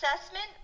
assessment